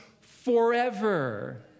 forever